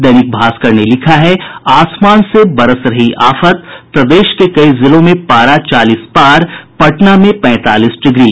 दैनिक भास्कर ने लिखा है आसमान से बरस रही आफत प्रदेश के कई जिलों में पारा चालीस पार पटना में पैंतालीस डिग्री